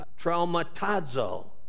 traumatazo